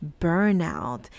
burnout